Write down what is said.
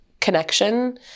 connection